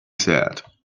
said